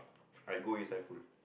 I go inside full